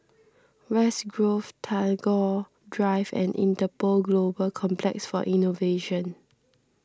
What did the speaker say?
West Grove Tagore Drive and Interpol Global Complex for Innovation